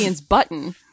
button